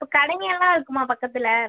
இப்போ கடைங்களாம் இருக்குமா பக்கத்தில்